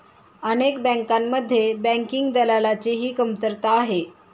अनेक बँकांमध्ये बँकिंग दलालाची ही कमतरता आहे